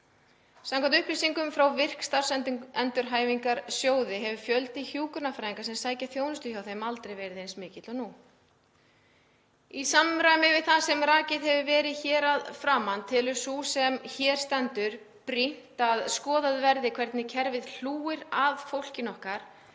Samkvæmt upplýsingum frá VIRK – Starfsendurhæfingarsjóði hefur fjöldi hjúkrunarfræðinga sem sækja þjónustu hjá þeim aldrei verið eins mikill og nú. Í samræmi við það sem rakið hefur verið hér að framan telja flutningsmenn brýnt að skoðað verði hvernig kerfið hlúir að fólkinu okkar